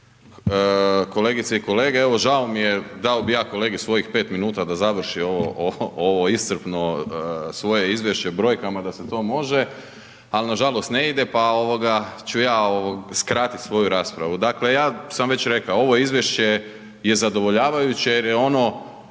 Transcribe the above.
kolegice i kolege. Evo žao mi je, dao bih ja kolegi svojih 5 minuta da završio ovo iscrpno svoje izvješće brojkama da se to može ali na žalost ne ide, pa ću ja skratiti svoju raspravu. Dakle, ja sam već rekao, ovo izvješće je zadovoljavajuće jer je ono